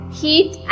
heat